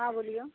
हाँ बोलिऔ